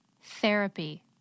therapy